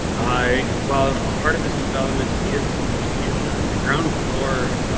i well part of this development is is that the ground floor,